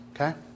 Okay